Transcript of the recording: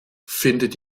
findet